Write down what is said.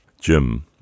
Jim